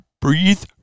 breathe